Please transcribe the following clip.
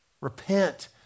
Repent